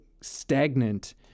stagnant